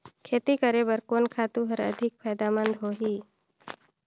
खेती करे बर कोन खातु हर अधिक फायदामंद होही?